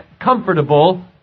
comfortable